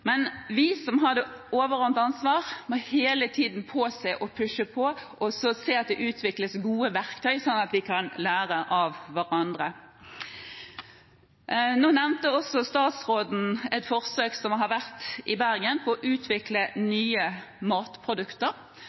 Men vi som har det overordnede ansvaret, må hele tiden pushe på og påse at det utvikles gode verktøy, sånn at vi kan lære av hverandre. Nå nevnte også statsråden et forsøk som har vært i Bergen på å utvikle nye matprodukter.